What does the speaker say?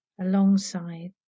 alongside